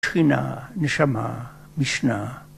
‫שכינה, נשמה, משנה.